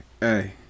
hey